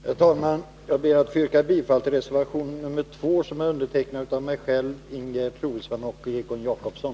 Herr talman! Jag ber att få yrka bifall till reservation 2, som är undertecknad av mig själv, Ingegerd Troedsson och Egon Jacobsson.